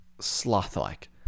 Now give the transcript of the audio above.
sloth-like